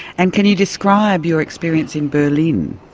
and can you describe your experience in berlin?